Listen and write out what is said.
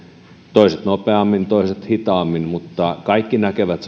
toiset luopuisivat nopeammin toiset hitaammin mutta kaikki näkevät